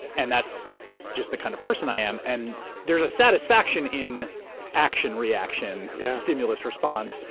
and that's just the kind of person i am. and there's a satisfaction in action, reaction. it's a stimulus response,